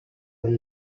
del